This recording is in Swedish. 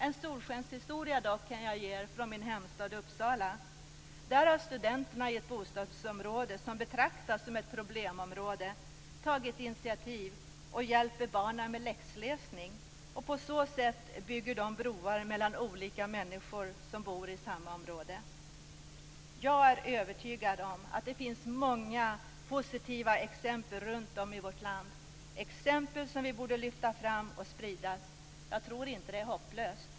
Jag kan dock ge er en solskenshistoria från min hemstad Uppsala. Där har studenterna i ett bostadsområde, som betraktas som ett problemområde, tagit ett initiativ att hjälpa barnen med läxläsning. På så sätt bygger de broar mellan olika människor som bor i samma område. Jag är övertygad om att det finns många positiva exempel runt om i vårt land, exempel som vi borde lyfta fram och sprida. Jag tror inte att det är hopplöst.